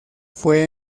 fue